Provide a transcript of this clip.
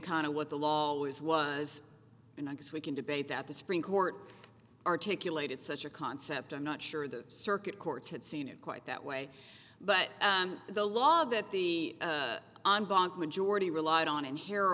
kind of what the law was was and i guess we can debate that the supreme court articulated such a concept i'm not sure the circuit courts had seen it quite that way but the law that the on dog majority relied on in ha